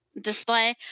display